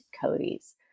Cody's